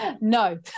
No